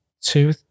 two